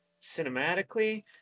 cinematically